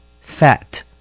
fat